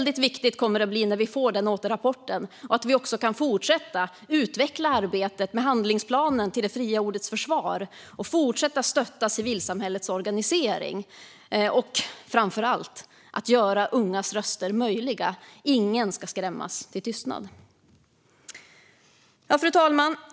Det kommer att bli viktigt när vi får återrapporten att också fortsätta att utveckla arbetet med Handlingsplan: Till det fria ordets försvar och fortsätta att stötta civilsamhällets organisering, framför allt att göra ungas röster möjliga. Ingen ska skrämmas till tystnad. Fru talman!